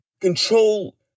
control